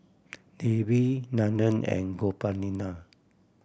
Devi Nandan and Gopinath